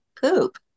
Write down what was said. poop